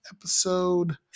episode